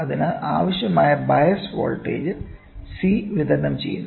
അതിനാൽ ആവശ്യമായ bias voltage C വിതരണം ചെയ്യുന്നു